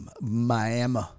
Miami